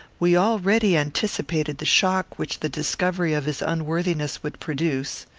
we already anticipated the shock which the discovery of his unworthiness would produce.